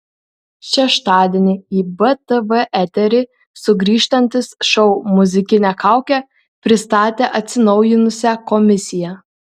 šeštadienį į btv eterį sugrįžtantis šou muzikinė kaukė pristatė atsinaujinusią komisiją